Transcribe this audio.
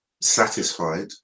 satisfied